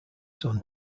son